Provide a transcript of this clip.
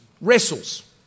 wrestles